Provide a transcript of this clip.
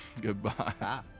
Goodbye